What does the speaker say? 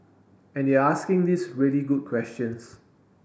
and they're asking these really good questions